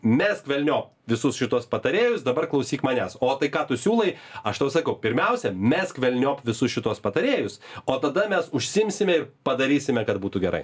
mesk velniop visus šituos patarėjus dabar klausyk manęs o tai ką tu siūlai aš tau sakau pirmiausia mesk velniop visus šituos patarėjus o tada mes užsiimsime ir padarysime kad būtų gerai